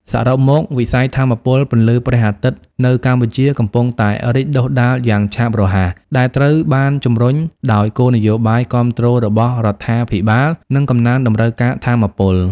សរុបមក វិស័យថាមពលពន្លឺព្រះអាទិត្យនៅកម្ពុជាកំពុងតែ រីកដុះដាលយ៉ាងឆាប់រហ័ស ដែលត្រូវបានជំរុញដោយគោលនយោបាយគាំទ្ររបស់រដ្ឋាភិបាល និងកំណើនតម្រូវការថាមពល។